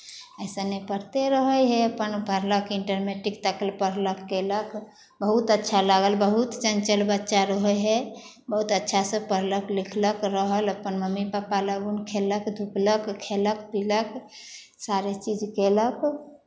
अइसने पढ़तै रहै हइ अपन पढ़लक इंटर मैट्रिक तक पढ़लक कयलक बहुत अच्छा लागल बहुत चञ्चल बच्चा रहै हइ बहुत अच्छासँ पढ़लक लिखलक रहल अपन मम्मी पप्पा लग खेललक धुपलक खयलक पीलक सारे चीज कयलक